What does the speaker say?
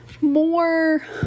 more